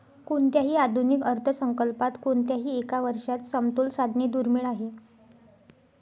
कोणत्याही आधुनिक अर्थसंकल्पात कोणत्याही एका वर्षात समतोल साधणे दुर्मिळ आहे